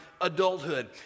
adulthood